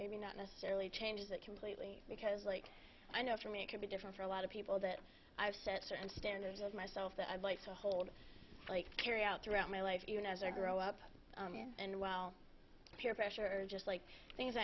maybe not necessarily changes that completely because like i know for me it could be different for a lot of people that i've set certain standards of myself that i'd like to hold carry out throughout my life you know as they grow up and well peer pressure just like things